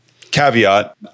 Caveat